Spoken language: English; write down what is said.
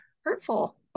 hurtful